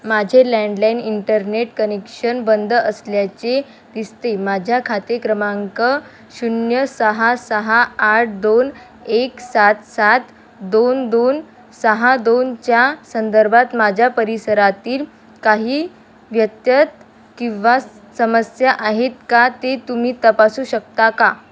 माझे landline internet connection बंद असल्याचे दिसते माझा खाते क्रमांक शून्य सहा सहा आठ दोन एक सात सात दोन दोन सहा दोनच्या संदर्भात माझ्या परिसरातील काही व्यत्यय किंवा समस्या आहेत का ते तुम्ही तपासू शकता का